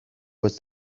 was